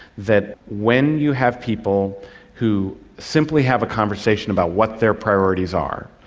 that when you have people who simply have a conversation about what their priorities are,